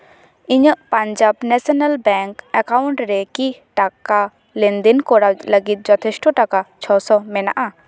ᱤᱧᱟᱹᱜ Punjab national bank account ᱨᱮᱠᱤ ᱴᱟᱠᱟ ᱞᱮᱱᱫᱮᱱ ᱠᱚᱨᱟᱣ ᱞᱟᱹᱜᱤᱫ ᱡᱚᱛᱷᱮᱥᱴᱚ ᱴᱟᱠᱟ ᱪᱷᱚᱥᱚ ᱢᱮᱱᱟᱜᱼᱟ